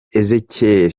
ezechiel